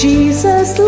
Jesus